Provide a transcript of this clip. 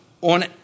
on